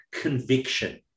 conviction